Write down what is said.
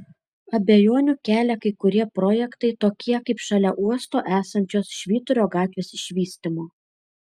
abejonių kelia kai kurie projektai tokie kaip šalia uosto esančios švyturio gatvės išvystymo